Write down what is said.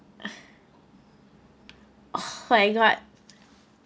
oh my god